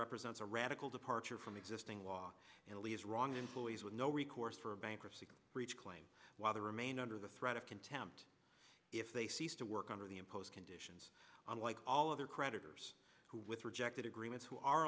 represents a radical departure from existing law and leaves wrong employees with no recourse for bankruptcy for each claim while they remain under the threat of contempt if they cease to work under the impose conditions unlike all other creditors who with rejected agreements who are